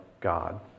god